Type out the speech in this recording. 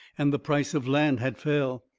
and the price of land had fell.